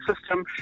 system